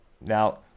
Now